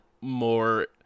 more